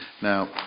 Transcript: Now